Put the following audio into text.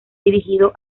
dirigido